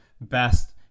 best